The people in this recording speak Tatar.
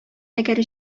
әгәр